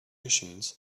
machines